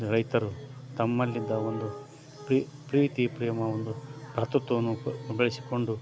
ರೈತರು ತಮ್ಮಲ್ಲಿದ್ದ ಒಂದು ಪ್ರೀತಿ ಪ್ರೇಮ ಒಂದು ಭ್ರಾತೃತ್ವವನ್ನು ಬೆಳೆಸಿಕೊಂಡು